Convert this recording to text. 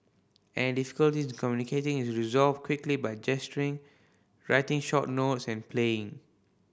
any difficulty in communicating is resolved quickly by gesturing writing short notes and playing